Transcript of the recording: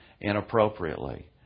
inappropriately